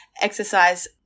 exercise